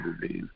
disease